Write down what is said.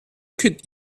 could